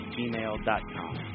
gmail.com